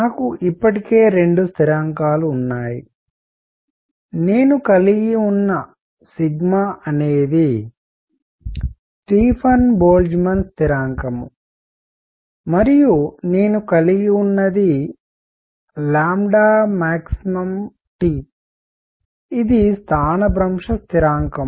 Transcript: నాకు ఇప్పటికే రెండు స్థిరాంకాలు ఉన్నాయి నేను కలిగివున్న అనేది స్టీఫన్ బోల్ట్జ్మాన్ స్థిరాంకం మరియు నేను కలిగివున్నది maxT ఇది స్థానభ్రంశ స్థిరాంకం